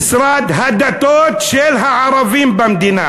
במשרד הדתות של הערבים במדינה.